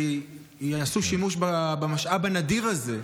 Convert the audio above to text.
ויעשו שימוש במשאב הנדיר הזה,